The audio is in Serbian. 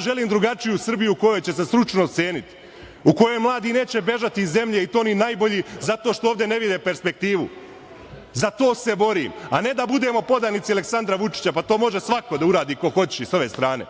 želim drugačiju Srbiju u kojoj će se stručnost ceniti, u kojoj mladi neće bežati iz zemlje i to oni najbolji, zato što ovde ne vide perspektivu. Za to se borim, a ne da budemo podanici Aleksandra Vučića. Pa to može svako da uradi ko hoće i sa ove strane.